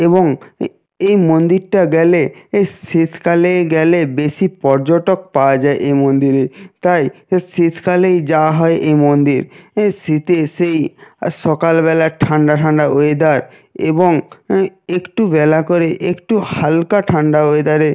এবং এই মন্দিরটা গেলে এ শিতকালেই গেলে বেশি পর্যটক পাওয়া যায় এই মন্দিরে তাই এ শীতকালেই যাওয়া হয় এই মন্দির এ শীতের সেই সকালবেলার ঠান্ডা ঠান্ডা ওয়েদার এবং একটু বেলা করে একটু হালকা ঠান্ডা ওয়েদারে